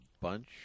bunch